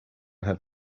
had